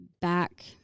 back